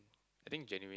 I think genuine